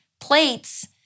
plates